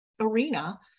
arena